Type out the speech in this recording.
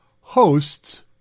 hosts